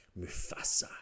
Mufasa